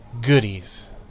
goodies